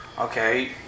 okay